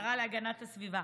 השרה להגנת הסביבה.